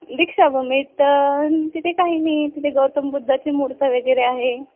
दीक्षाभूमीत तिथे काही नाही तिथे गौतम बुद्धाची मूर्ती वगैरे आहे